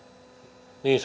niin